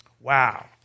Wow